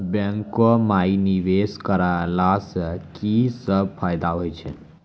बैंको माई निवेश कराला से की सब फ़ायदा हो छै?